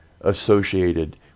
associated